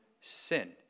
sin